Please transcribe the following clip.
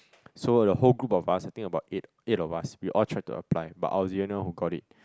so the whole group of us I think about eight eight of us we all try to apply but I was the only one who got it